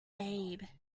babe